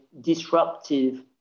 disruptive